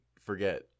forget